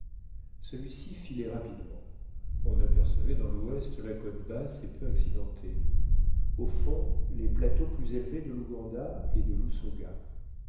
celui-ci filait rapidement on apercevait dans l'ouest la côte basse et peu accidentée au fond les plateaux plus élevés de l'uganda et de